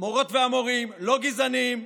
המורות והמורים לא גזענים.